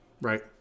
Right